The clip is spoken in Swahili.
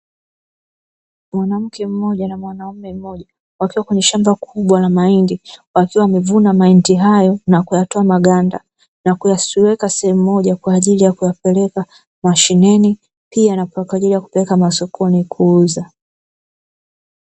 Mwanamke mmoja na mwanaume mmoja wakiwa kwenye shamba kubwa la mahindi, wakiwa wamevuna maiti hayo na kuyatoa maganda na kuyaweka sehemu moja, kwa ajili ya kuyapeleka mashineni pia kupeleka masokoni kuuza.